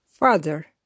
Father